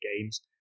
games